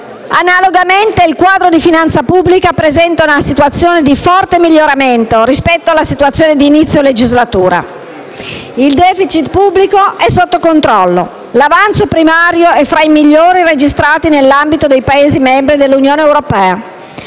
Analogamente, il quadro di finanza pubblica presente una situazione di forte miglioramento rispetto alla situazione di inizio legislatura. Il *deficit* pubblico è sotto controllo, l'avanzo primario è fra i migliori registrati nell'ambito dei Paesi membri dell'Unione europea;